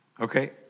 Okay